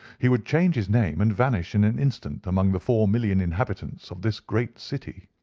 he would change his name, and vanish in an instant among the four million inhabitants of this great city.